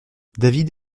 david